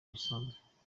bisanzwe